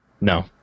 No